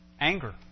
anger